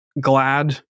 glad